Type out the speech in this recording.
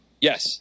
Yes